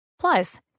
Plus